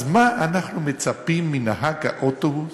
אז מה אנחנו מצפים מנהג האוטובוס,